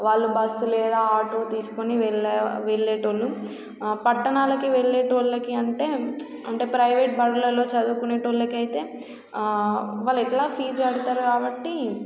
వాళ్ళు బస్సు లేదా ఆటో తీసుకుని వెళ్ళ వెళ్ళేవాళ్ళు పట్టణాలకి వెళ్ళేవాళ్ళకి అంటే అంటే ప్రైవేట్ బడులలో చదువుకునేవాళ్ళకైతే వాళ్ళు ఎలా ఫీజు పెడతారు కాబట్టి